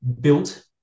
built